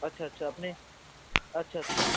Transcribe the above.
আচ্ছা আচ্ছা আপনি আচ্ছা আচ্ছা